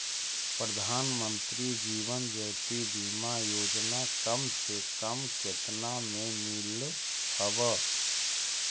प्रधानमंत्री जीवन ज्योति बीमा योजना कम से कम केतना में मिल हव